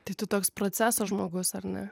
tai tu toks proceso žmogus ar ne